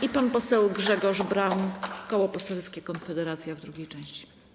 I pan poseł Grzegorz Braun, Koło Poselskie Konfederacja, w drugiej części.